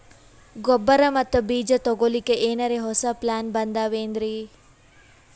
ಗೊಬ್ಬರ ಮತ್ತ ಬೀಜ ತೊಗೊಲಿಕ್ಕ ಎನರೆ ಹೊಸಾ ಪ್ಲಾನ ಬಂದಾವೆನ್ರಿ?